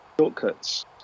shortcuts